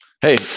Hey